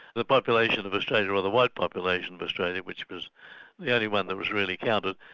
the population of australia, or the white population of australia which was the only one that was really counted,